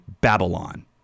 Babylon